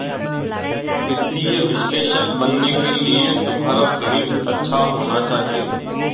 वित्तीय विश्लेषक बनने के लिए तुम्हारा गणित अच्छा होना चाहिए